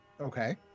Okay